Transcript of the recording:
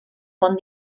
font